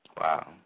Wow